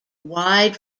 wide